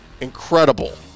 incredible